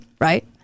Right